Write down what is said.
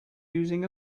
using